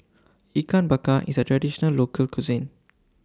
Ikan Bakar IS A Traditional Local Cuisine